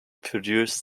produced